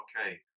Okay